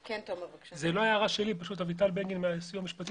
זה לא הערה שלי אביטל בגין מהסיוע המשפטי,